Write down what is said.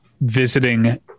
visiting